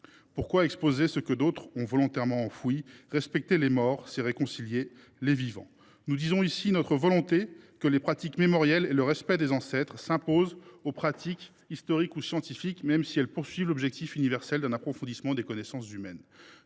Pourquoi exposer ce que d’autres ont volontairement enfoui ? Respecter les morts, c’est réconcilier les vivants. Nous disons ici notre volonté que les pratiques mémorielles et le respect des ancêtres s’imposent aux pratiques historiques ou scientifiques, même lorsqu’elles visent l’objectif universel d’un approfondissement des connaissances humaines.